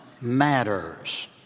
Matters